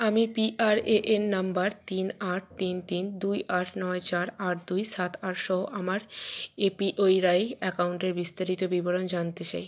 আমি PRAN number তিন আট তিন তিন দুই আট নয় চার আট দুই সাত আটসহ আমার এপিওয়াই অ্যাকাউন্টের বিস্তারিত বিবরণ জানতে চাই